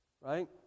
right